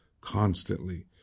constantly